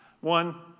One